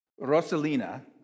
Rosalina